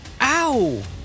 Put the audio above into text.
ow